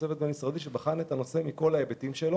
צוות בין משרדי שבחן את הנושא מכל צדדיו.